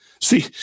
See